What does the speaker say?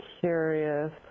curious